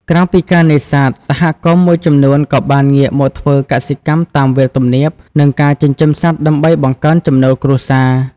ក្រៅពីការនេសាទ សហគមន៍មួយចំនួនក៏បានងាកមកធ្វើកសិកម្មតាមវាលទំនាប និងការចិញ្ចឹមសត្វដើម្បីបង្កើនចំណូលគ្រួសារ។